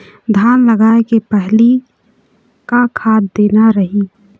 धान लगाय के पहली का खाद देना रही?